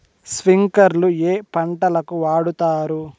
స్ప్రింక్లర్లు ఏ పంటలకు వాడుతారు?